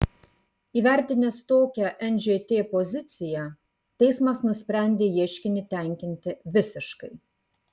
įvertinęs tokią nžt poziciją teismas nusprendė ieškinį tenkinti visiškai